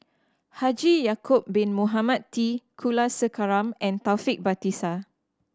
Haji Ya'acob Bin Mohamed T Kulasekaram and Taufik Batisah